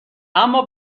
اما